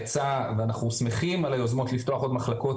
ואנחנו שמחים על היוזמות לפתוח עוד מחלקות